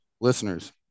listeners